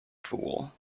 fool